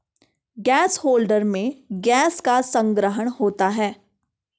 gas holder में gas का संग्रहण होता है